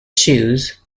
shoes